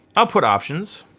i'll put options.